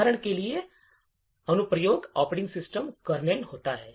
उदाहरण के लिए अनुप्रयोग ऑपरेटिंग सिस्टम कर्नेल होता है